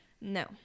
No